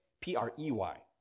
P-R-E-Y